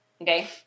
Okay